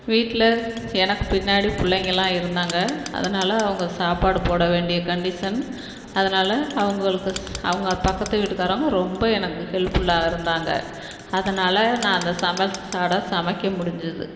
வீட்டில் எனக்கு பின்னாடி பிள்ளைங்கெல்லாம் இருந்தாங்க அதனால் அவங்க சாப்பாடு போட வேண்டிய கன்டிஷன் அதனால அவங்களுக்கு அவங்க பக்கத்து வீட்டுக்காரவங்க ரொம்ப எனக்கு ஹெல்ப்ஃபுல்லாக இருந்தாங்க அதனால் நான் அந்த சமைச் சாட சமைக்க முடிஞ்சிது